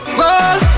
roll